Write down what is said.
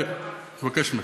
אני מבקש ממך,